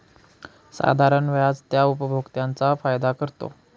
साधारण व्याज त्या उपभोक्त्यांचा फायदा करतो